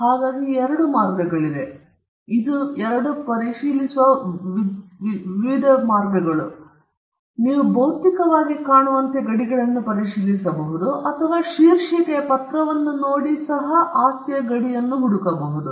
ಆದ್ದರಿಂದ ಅದನ್ನು ಪರಿಶೀಲಿಸಲು ಎರಡು ಮಾರ್ಗಗಳು ನೀವು ಭೌತಿಕವಾಗಿ ಕಾಣುವಂತೆ ಗಡಿಗಳನ್ನು ಪರಿಶೀಲಿಸಬಹುದು ಅಥವಾ ನೀವು ಶೀರ್ಷಿಕೆಯ ಪತ್ರವನ್ನು ನೋಡಬಹುದಾಗಿರುತ್ತದೆ ಮತ್ತು ಆಸ್ತಿಯ ಗಡಿಯನ್ನು ಹುಡುಕಬಹುದು